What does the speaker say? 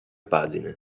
pagine